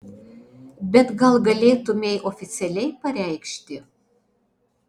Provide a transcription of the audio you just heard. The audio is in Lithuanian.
bet gal galėtumei oficialiai pareikšti